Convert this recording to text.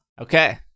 Okay